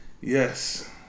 Yes